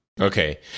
Okay